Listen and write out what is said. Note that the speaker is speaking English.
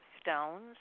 stones